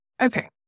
Okay